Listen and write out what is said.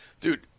dude